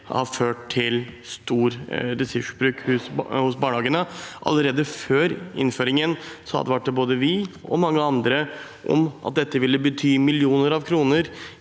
har ført til stor ressursbruk i barnehagene. Allerede før innføringen advarte både vi og mange andre om at dette ville bety millioner av kroner